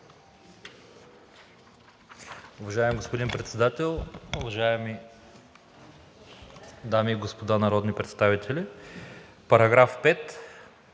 Уважаеми господин Председател, уважаеми дами и господа народни представители! Ние